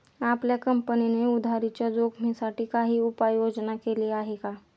आपल्या कंपनीने उधारीच्या जोखिमीसाठी काही उपाययोजना केली आहे का?